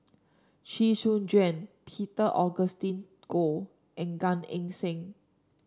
Chee Soon Juan Peter Augustine Goh and Gan Eng Seng